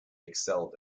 excelled